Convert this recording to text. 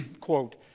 Quote